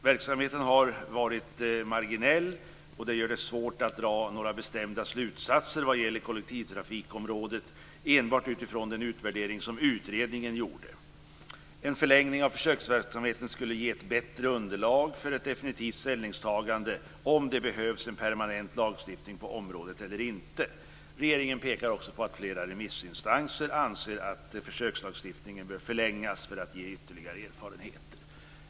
Verksamheten har varit marginell och det gör det svårt att dra några bestämda slutsatser vad gäller kollektivtrafikområdet enbart utifrån den utvärdering som utredningen gjorde. En förlängning av försöksverksamheten skulle ge ett bättre underlag för ett definitivt ställningstagande till om det behövs en permanent lagstiftning på området eller inte. Regeringen pekar också på att flera remissinstanser anser att försökslagstiftningen bör förlängas för att ge ytterligare erfarenheter.